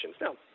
Now